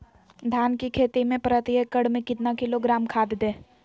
धान की खेती में प्रति एकड़ में कितना किलोग्राम खाद दे?